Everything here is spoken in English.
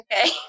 okay